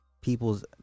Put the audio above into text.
people's